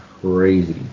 Crazy